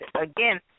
again